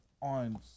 on